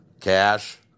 Cash